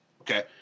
okay